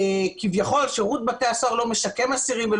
שכביכול שירות בתי הספר לא משקם אסירים,